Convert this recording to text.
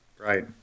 Right